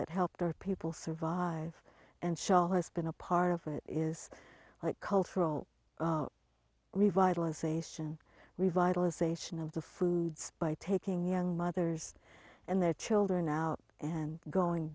that helped our people survive and shell has been a part of it is cultural revitalization revitalization of the foods by taking young mothers and their children out and going